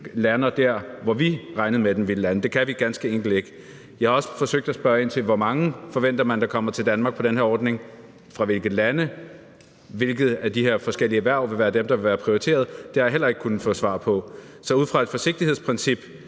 lander der, hvor vi regnede med den ville lande. Det kan vi ganske enkelt ikke. Jeg har også forsøgt at spørge ind til, hvor mange man forventer der kommer til Danmark på den her ordning og fra hvilke lande, og hvilke af de her forskellige erhverv der vil være dem, der vil være prioriteret, og det har jeg heller ikke kunnet få svar på. Så ud fra et forsigtighedsprincip